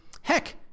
heck